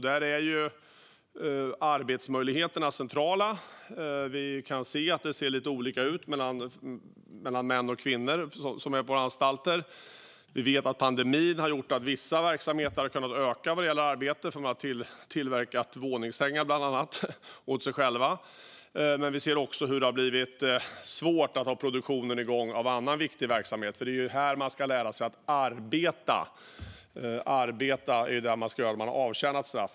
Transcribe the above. Där är arbetsmöjligheterna centrala, och vi kan se att det ser lite olika ut mellan män och kvinnor som är på våra anstalter. Vi vet att pandemin har gjort att vissa verksamheter har kunnat öka arbetet, bland annat de som tillverkat våningssängar åt sig själva, men vi ser också att det har blivit svårt att ha produktionen igång i annan viktig verksamhet. Det är ju här man ska lära sig att arbeta, för arbeta är det man ska göra när man har avtjänat sitt straff.